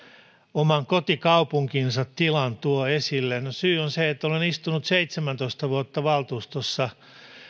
oman kotikaupunkinsa tilan tuo esille no syy on se että olen istunut seitsemäntoista vuotta valtuustossa